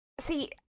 See